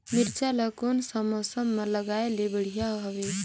मिरचा ला कोन सा मौसम मां लगाय ले बढ़िया हवे